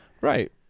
Right